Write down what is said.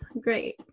great